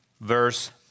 verse